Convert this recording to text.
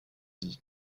dit